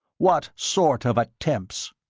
what sort of attempts?